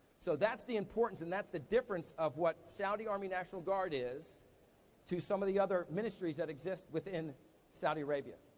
so, that's the importance and that's the difference of what saudi army national guard is to some of the other ministries that exist within saudi arabia.